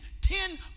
ten